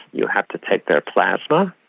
you have to take their plasma.